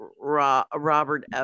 Robert